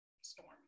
storm